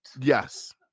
yes